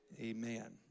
Amen